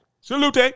Salute